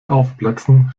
aufplatzen